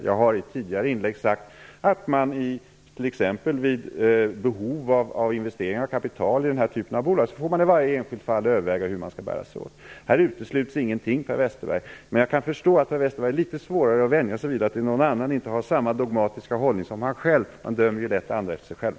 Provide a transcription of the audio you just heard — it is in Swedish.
Jag har i tidigare inlägg sagt att man vid behov av investeringar av kapital i den här typen av bolag får i varje enskilt fall överväga hur man skall bära sig åt. Här utesluts ingenting, Per Westerberg. Men jag kan förstå att Per Westerberg har litet svårt att vänja sig vid att någon annan inte har samma dogmatiska hållning som han själv. Man dömer ju lätt andra efter sig själv.